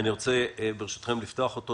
אני רוצה ברשותכם לפתוח אותו.